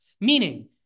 Meaning